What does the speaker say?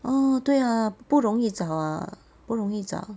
orh 对呀不容易找啊不容易找